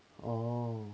orh